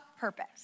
purpose